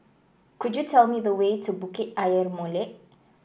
could you tell me the way to Bukit Ayer Molek